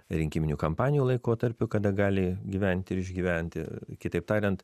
rinkiminių kampanijų laikotarpiu kada gali gyventi ir išgyventi kitaip tariant